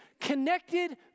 connected